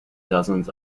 dozens